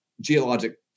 geologic